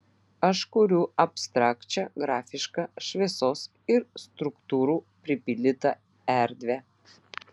aš kuriu abstrakčią grafišką šviesos ir struktūrų pripildytą erdvę